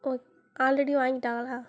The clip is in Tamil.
okay already வாங்கிட்டாங்களா